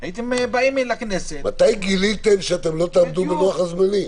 הייתם באים לכנסת --- מתי גיליתם שאתם לא תעמדו בלוח הזמנים?